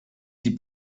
die